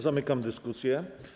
Zamykam dyskusję.